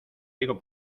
digo